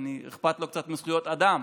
שאכפת לו קצת מזכויות אדם